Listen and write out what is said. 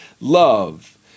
love